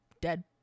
dead